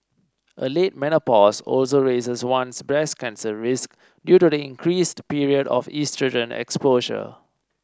a late menopause also raises one's breast cancer risk due to the increased period of oestrogen exposure